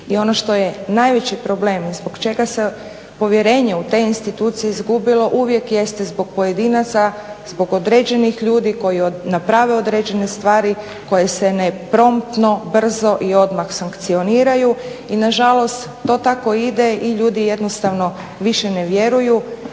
i ono što je najveći problem i zbog čega se povjerenje u te institucije izgubilo uvijek jeste zbog pojedinaca, zbog određenih ljudi koji naprave određene stvari koje se ne promptno, brzo i odmah sankcioniraju. I na žalost to tako ide i ljudi jednostavno više ne vjeruju